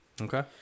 Okay